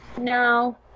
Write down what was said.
No